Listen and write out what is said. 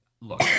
Look